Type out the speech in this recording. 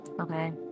okay